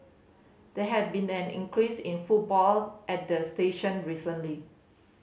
there has been an increase in footfall at the station recently